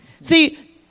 See